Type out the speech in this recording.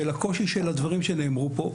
של הקושי של הדברים שנאמרו פה.